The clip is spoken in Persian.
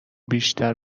بیشتر